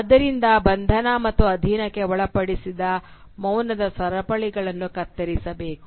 ಆದ್ದರಿಂದ ಬಂಧನ ಮತ್ತು ಅಧೀನಕ್ಕೆ ಒಳಪಡಿಸಿದ ಮೌನದ ಸರಪಳಿಗಳನ್ನು ಕತ್ತರಿಸಬೇಕು